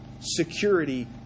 security